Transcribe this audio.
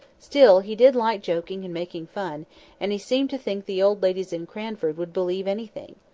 still, he did like joking and making fun and he seemed to think the old ladies in cranford would believe anything.